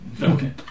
Okay